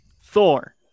Thor